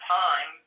time